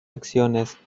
acciones